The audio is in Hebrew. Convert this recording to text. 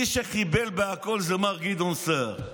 מי שחיבל בכול הוא מר גדעון סער.